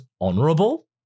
honorable